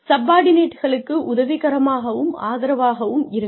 சப்பார்டினேட்களுக்கு உதவிக்கரமாகவும் ஆதரவாகவும் இருங்கள்